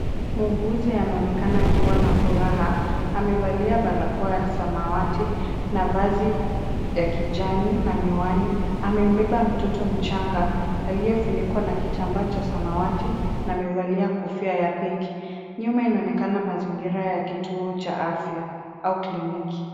Muuguzi anaonekana akiwa na furaha, amevalia barakoa ya samawati na vazi ya kijani na miwani amembeba mtoto mchanga aliyefunikwa na kitambaa cha samawati na amevalia kofia ya pinki. Nyuma inaonekana mazingira ya kituo cha afya au kliniki.